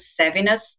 savviness